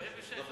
דבר על התוכנית,